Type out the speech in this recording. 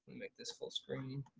make this full screen.